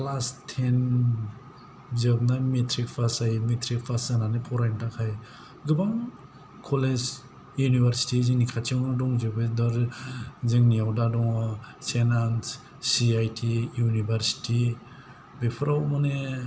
class ten जोबनानै matric pass जायो matric pass जानानै फरायनो थाखाय गोबां कलेज युनिबारसिटि जोंनि खाथियावनो दंजोबोदा आरो जोंनिआव दा दङ saint Anne's C I T university बेफोराव माने